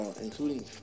including